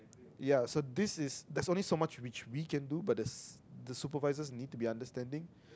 ya so this is there's only so much that which we can do but there's the supervisors need to be understanding